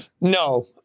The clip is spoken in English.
No